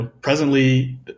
presently